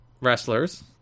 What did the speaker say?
wrestlers